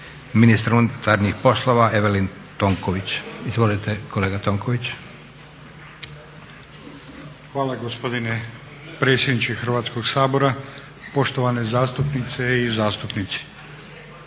ministra unutarnjih poslova Evelin Tonković. Izvolite kolega Tonković. **Tonković, Evelin** Hvala gospodine predsjedniče Hrvatskoga sabora, poštovane zastupnice i zastupnici.